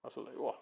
I also like !wah!